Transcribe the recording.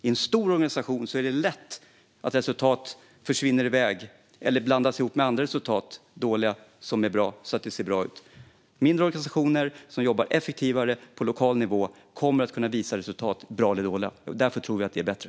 I en stor organisation är det lätt att resultat försvinner iväg eller blandas ihop med andra resultat - dåliga med bra så att de ser bra ut. Mindre organisationer som jobbar effektivare på lokal nivå kommer att visa resultat - bra eller dåliga. Därför tror vi att det är bättre.